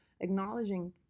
acknowledging